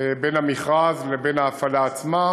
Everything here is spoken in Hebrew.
בין המכרז לבין ההפעלה עצמה.